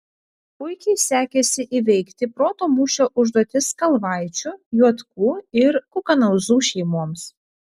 puikiai sekėsi įveikti proto mūšio užduotis kalvaičių juotkų ir kukanauzų šeimoms